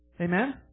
Amen